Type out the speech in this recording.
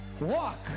walk